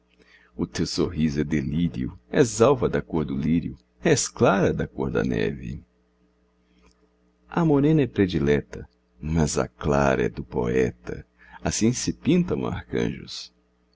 o teu sorriso é delírio és alva da cor do lírio és clara da cor da neve a morena é predileta mas a clara é do poeta assim se pintam arcanjos